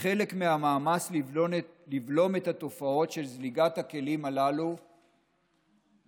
כחלק מהמאמץ לבלום את התופעות של זליגת הכלים הללו והסבתם.